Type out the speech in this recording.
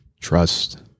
Trust